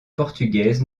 portugaises